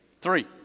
Three